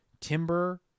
Timber